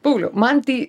pauliau man tai